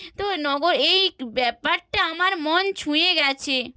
তো নগর এই ব্যাপারটা আমার মন ছুঁয়ে গেছে